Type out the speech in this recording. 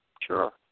Sure